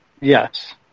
yes